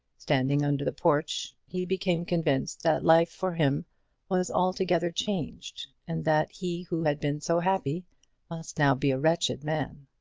standing under the porch, he became convinced that life for him was altogether changed, and that he who had been so happy must now be a wretched man.